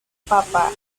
papá